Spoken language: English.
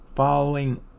following